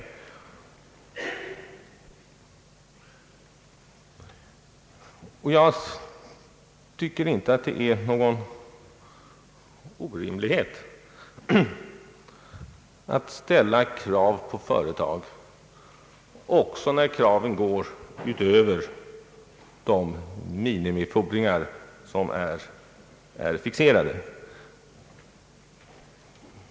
Jag tycker inte att det är någon orimlighet att ställa krav på företag också när kraven går utöver de minimifordringar som är fixerade.